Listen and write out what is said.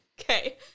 Okay